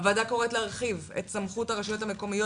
הוועדה קוראת להרחיב את סמכות הרשויות המקומיות